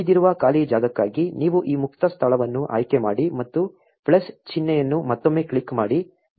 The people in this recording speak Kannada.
ಉಳಿದಿರುವ ಖಾಲಿ ಜಾಗಕ್ಕಾಗಿ ನೀವು ಈ ಮುಕ್ತ ಸ್ಥಳವನ್ನು ಆಯ್ಕೆ ಮಾಡಿ ಮತ್ತು ಪ್ಲಸ್ ಚಿಹ್ನೆಯನ್ನು ಮತ್ತೊಮ್ಮೆ ಕ್ಲಿಕ್ ಮಾಡಿ